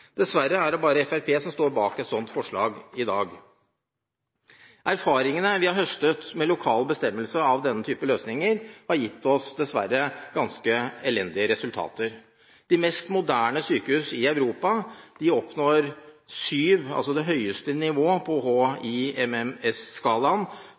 Dessverre er det bare Fremskrittspartiet som står bak et slikt forslag i dag. Erfaringene vi har høstet med lokal bestemmelse av denne typen løsninger, har dessverre gitt oss ganske elendige resultater. De mest moderne sykehusene i Europa oppnår 7 – altså det høyeste nivå – på